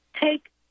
take